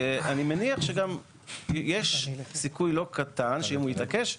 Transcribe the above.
אני מניח שגם יש סיכוי לא קטן שאם הוא יתעקש,